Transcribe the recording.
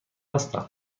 هستم